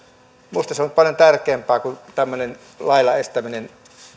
minusta se on paljon tärkeämpää kuin tämmöinen että lailla estetään